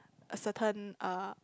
a certain uh